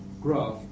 graph